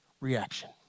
reaction